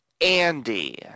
Andy